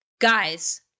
guys